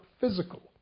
physical